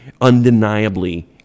undeniably